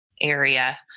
area